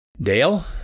Dale